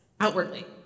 outwardly